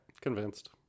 Convinced